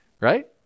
right